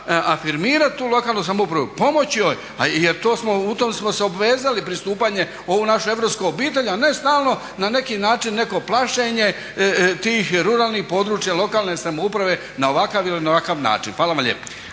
afirmirati tu lokalnu samoupravu, pomoći joj jer to smo, u to smo se obvezali, pristupanje u ovu našu europsku obitelj a ne stalno na neki način neko plašenje tih ruralnih područja lokalne samouprave na ovakav ili onakav način. Hvala vam lijepo.